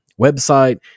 website